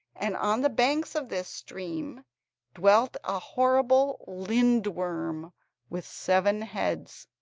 and on the banks of this stream dwelt a horrible lindworm with seven heads.